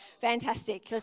Fantastic